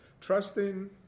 Trusting